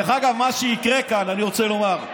דרך אגב, מה שיקרה כאן, אני רוצה לומר: